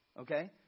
okay